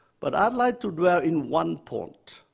but i'd like to dwell in one point.